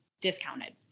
discounted